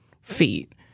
feet